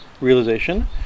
realization